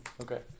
Okay